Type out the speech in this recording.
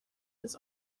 his